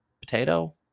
potato